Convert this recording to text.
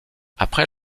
après